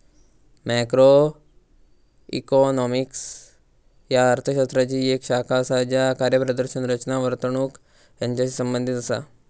macroeconomics ह्या अर्थ शास्त्राची येक शाखा असा ज्या कार्यप्रदर्शन, रचना, वर्तणूक यांचाशी संबंधित असा